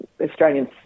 Australians